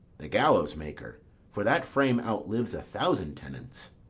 the gallows-maker for that frame outlives a thousand tenants.